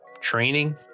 training